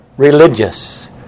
Religious